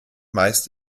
meist